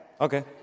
Okay